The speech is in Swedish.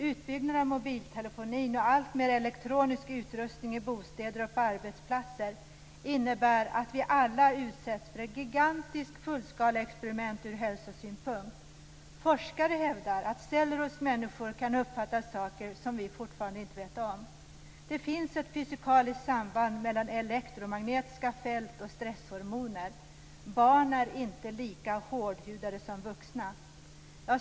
Utbyggnaden av mobiltelefonin och alltmer elektronisk utrustning i bostäder och på arbetsplatser innebär att vi alla utsätts för ett gigantiskt fullskaleexperiment ur hälsosynpunkt. Forskare hävdar att celler hos människan kan uppfatta saker som vi fortfarande inte vet. Det finns ett fysikaliskt samband mellan elektromagnetiska fält och stresshormoner. Barn är inte lika 'hårdhudade' som vuxna."